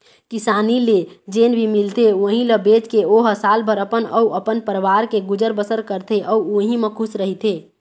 किसानी ले जेन भी मिलथे उहीं ल बेचके ओ ह सालभर अपन अउ अपन परवार के गुजर बसर करथे अउ उहीं म खुस रहिथे